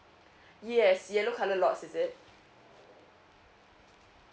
yes yellow colour lots is it